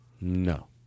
No